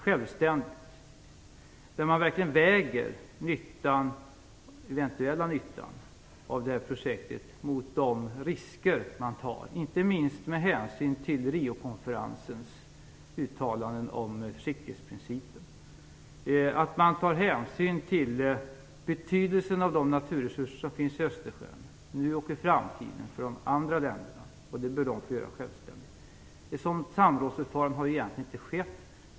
Där skall man verkligen väga den eventuella nyttan av det här projektet mot de risker man tar, inte minst med hänsyn till Riokonferensens uttalanden om försiktighetsprincipen. Man måste ta hänsyn till betydelsen av de naturresurser som finns i Östersjön nu och i framtiden. Det bör de andra länderna få göra självständigt. Ett sådant samrådsförfarande har egentligen inte skett.